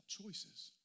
choices